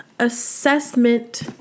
assessment